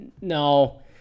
No